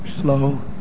slow